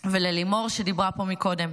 ולניסים וללימור, שדיברה פה קודם,